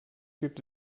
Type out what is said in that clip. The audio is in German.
gibt